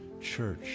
church